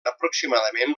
aproximadament